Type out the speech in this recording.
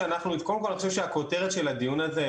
קודם כל אני חושב שהכותרת של הדיון הזה,